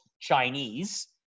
Chinese